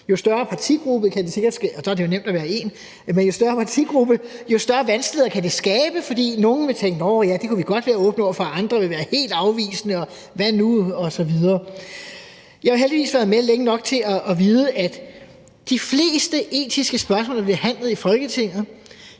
jo nemt kun at være en – jo større vanskeligheder kan det skabe, fordi nogle vil tænke, at det kan de godt være åbne over for, mens andre vil være helt afvisende og sige hvad nu osv. Jeg har heldigvis været med længe nok til at vide, at i forhold til de fleste etiske spørgsmål, der bliver behandlet i Folketinget,